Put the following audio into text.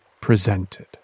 presented